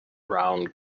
round